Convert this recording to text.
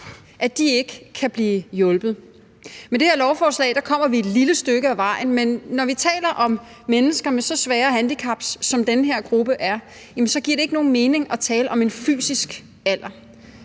hjemme, ikke kan blive hjulpet. Med det her lovforslag kommer vi et lille stykke ad vejen, men når vi taler om mennesker med så svære handicaps, som den her gruppe har, så giver det ikke nogen mening at tale om en fysisk alder,